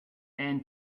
and